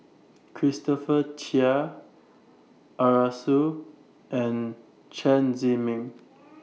Christopher Chia Arasu and Chen Zhiming